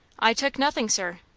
i took nothing, sir.